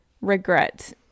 regret